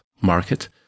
market